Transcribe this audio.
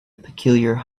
peculiar